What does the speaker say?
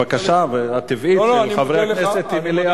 הבקשה הטבעית של חברי הכנסת היא מליאה.